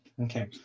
Okay